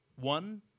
one